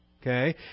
Okay